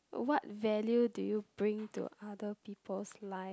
what value do you bring to other people's life